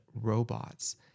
robots